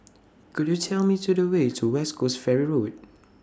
Could YOU Tell Me to The Way to West Coast Ferry Road